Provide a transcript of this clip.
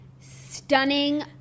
Stunning